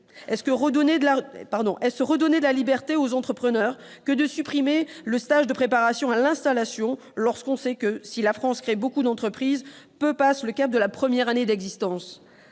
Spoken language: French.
Est-ce redonner de la liberté aux entrepreneurs que de leur supprimer le stage de préparation à l'installation, lorsque l'on sait que, si la France crée beaucoup d'entreprises, peu nombreuses sont celles qui passent le cap de la première année d'existence ?